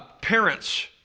parents